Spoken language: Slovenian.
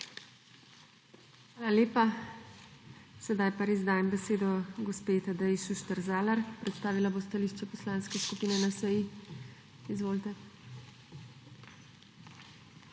Hvala lepa. Sedaj pa dajem besedo gospe Tadeji Šuštar Zalar. Predstavila bo stališče Poslanske skupine NSi. Izvolite.